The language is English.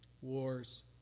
Wars